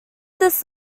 this